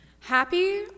Happy